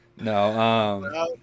No